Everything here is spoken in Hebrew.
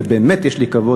ובאמת יש לי כבוד,